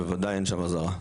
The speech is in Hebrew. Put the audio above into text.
בוודאי אין שם אזהרה.